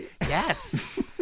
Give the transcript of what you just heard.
Yes